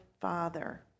Father